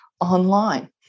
online